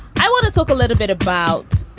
i want to talk a little bit about,